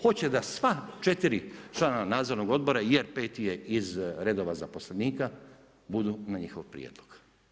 Hoće da sva četiri člana nadzornog odbora, jer peti je iz redova zaposlenika budu na njihov prijedlog.